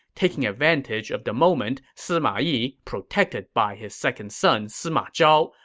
taking advantage of the moment, sima yi, protected by his second son sima zhao,